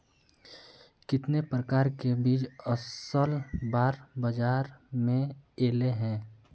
कितने प्रकार के बीज असल बार बाजार में ऐले है?